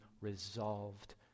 resolved